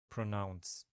pronounce